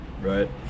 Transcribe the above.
right